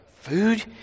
food